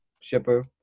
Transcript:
shipper